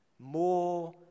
More